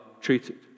treated